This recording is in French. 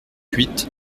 huit